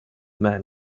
man